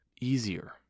easier